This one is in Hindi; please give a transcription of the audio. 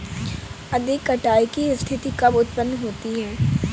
अधिक कटाई की स्थिति कब उतपन्न होती है?